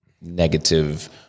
negative